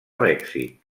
mèxic